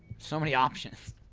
so many options